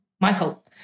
michael